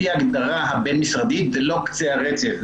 ההגדרה הבין משרדית היא לא קצה הרצף,